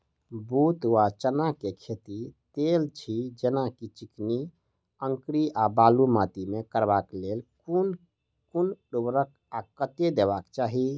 बूट वा चना केँ खेती, तेल छी जेना की चिकनी, अंकरी आ बालू माटि मे करबाक लेल केँ कुन उर्वरक आ कतेक देबाक चाहि?